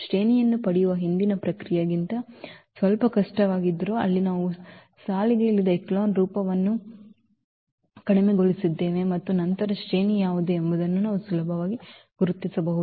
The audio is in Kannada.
ಶ್ರೇಣಿಯನ್ನು ಪಡೆಯುವ ಹಿಂದಿನ ಪ್ರಕ್ರಿಯೆಗಿಂತ ಸ್ವಲ್ಪ ಕಷ್ಟವಾಗಿದ್ದರೂ ಅಲ್ಲಿ ನಾವು ಸಾಲಿಗೆ ಇಳಿದ ಎಚೆಲಾನ್ ರೂಪವನ್ನು ಕಡಿಮೆಗೊಳಿಸಿದ್ದೇವೆ ಮತ್ತು ನಂತರ ಶ್ರೇಣಿ ಯಾವುದು ಎಂಬುದನ್ನು ನಾವು ಸುಲಭವಾಗಿ ಗುರುತಿಸಬಹುದು